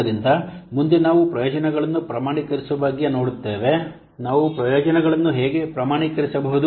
ಆದ್ದರಿಂದ ಮುಂದೆ ನಾವು ಪ್ರಯೋಜನಗಳನ್ನು ಪ್ರಮಾಣೀಕರಿಸುವ ಬಗ್ಗೆ ನೋಡುತ್ತೇವೆ ನಾವು ಪ್ರಯೋಜನಗಳನ್ನು ಹೇಗೆ ಪ್ರಮಾಣೀಕರಿಸಬಹುದು